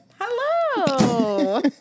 Hello